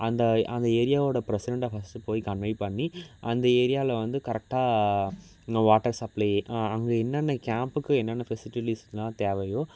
அந்த அந்த ஏரியாவோட ப்ரெசிடெண்ட்டை ஃபஸ்ட்டு போய் கன்வே பண்ணி அந்த ஏரியாவில் வந்து கரெக்டாக இந்த வாட்டர் சப்ளை அங்கே என்னென்ன கேம்ப்புக்கு என்னென்ன பெசிலிட்டிஸ்லாம் தேவையோ